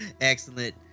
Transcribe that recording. Excellent